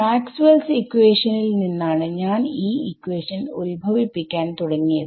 Maxwell's equation Maxwells equationനിൽ നിന്നാണ് ഞാൻ ഈ ഇക്വാഷൻ ഉത്ഭവിപ്പിക്കാൻ തുടങ്ങിയത്